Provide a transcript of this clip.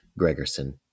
Gregerson